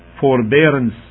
forbearance